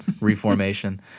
reformation